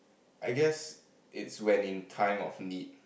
I guess it's when in time of need